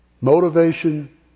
Motivation